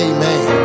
Amen